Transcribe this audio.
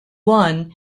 won